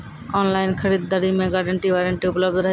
Online खरीद दरी मे गारंटी वारंटी उपलब्ध रहे छै?